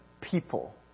people